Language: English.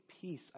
Peace